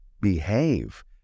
behave